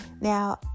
Now